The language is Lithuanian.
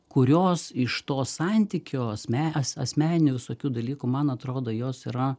kurios iš to santykio asme as asmeninių visokių dalykų man atrodo jos yra